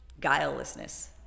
guilelessness